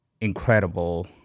incredible